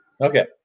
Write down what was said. Okay